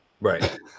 right